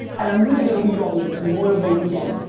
and i'm really gonna read all these. it's memorial day weekend.